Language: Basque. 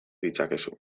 ditzakezu